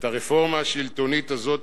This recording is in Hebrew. את הרפורמה השלטונית הזאת,